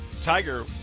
Tiger